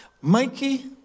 Mikey